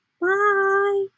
bye